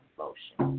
motion